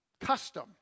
custom